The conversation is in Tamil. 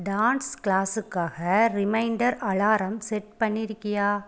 டான்ஸ் க்ளாஸுக்காக ரிமைண்டர் அலாரம் செட் பண்ணியிருக்கியா